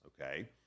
okay